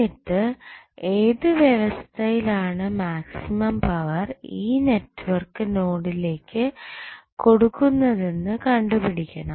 എന്നിട്ട് ഏത് വ്യവസ്ഥയിലാണ് മാക്സിമം പവർ ഈ നെറ്റ്വർക്ക് നോഡിലേക്ക് കൊടുക്കുന്നതെന്ന് കണ്ടുപിടിക്കണം